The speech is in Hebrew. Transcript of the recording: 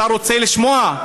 אתה רוצה לשמוע?